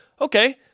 okay